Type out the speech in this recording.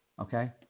okay